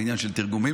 בעניין של תרגומים.